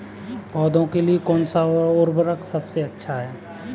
पौधों के लिए कौन सा उर्वरक सबसे अच्छा है?